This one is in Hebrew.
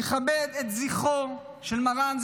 יכבד את זכרו של מרן,